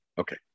Okay